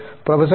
professor B